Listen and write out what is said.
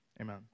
amen